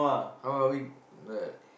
but how are we like